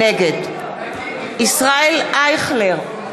נגד ישראל אייכלר,